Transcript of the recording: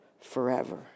forever